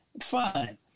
fine